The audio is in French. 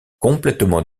complètement